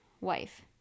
wife